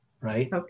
Right